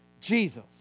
Jesus